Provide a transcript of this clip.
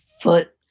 foot